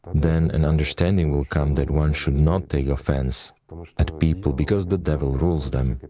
then an understanding will come that one should not take offense at people, because the devil rules them,